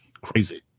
Crazy